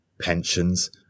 pensions